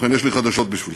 ובכן, יש לי חדשות בשבילכם: